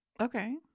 Okay